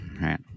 Right